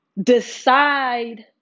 decide